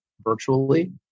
virtually